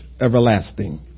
everlasting